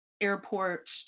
airports